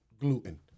gluten